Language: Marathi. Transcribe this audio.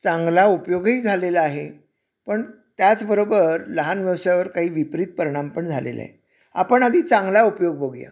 चांगला उपयोगही झालेला आहे पण त्याचबरोबर लहान व्यवसायावर काही विपरीत परिणाम पण झालेले आहे आपण आधी चांगला उपयोग बघूया